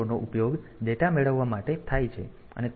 0 નો ઉપયોગ ડેટા મેળવવા માટે થાય છે અને 3